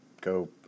go